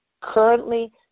currently